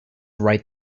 right